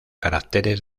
caracteres